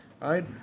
Right